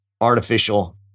artificial